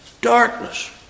darkness